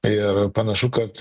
ir panašu kad